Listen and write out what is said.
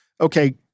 okay